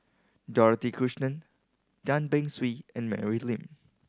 Dorothy Krishnan Tan Beng Swee and Mary Lim